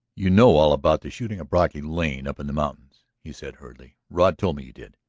you know all about the shooting of brocky lane up in the mountains, he said hurriedly. rod told me you did.